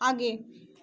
आगे